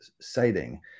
citing